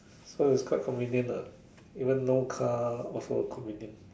so it's quite convenient ah even no cars also inconvenient